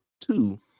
two